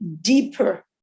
deeper